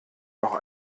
noch